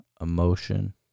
emotion